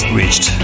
reached